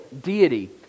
deity